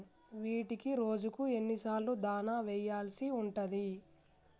వీటికి రోజుకు ఎన్ని సార్లు దాణా వెయ్యాల్సి ఉంటది?